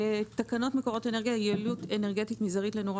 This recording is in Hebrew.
תקנות מקורות אנרגיה (יעילות אנרגטית מזערית לנורה